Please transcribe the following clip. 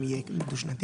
אם יהיה דו-שנתי,